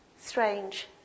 Strange